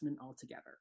altogether